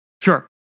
sure